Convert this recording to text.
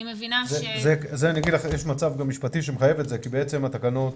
יש מצב במשפטים שמחייב את זה כי בעצם התקנות